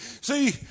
See